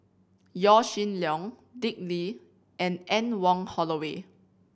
Yaw Shin Leong Dick Lee and Anne Wong Holloway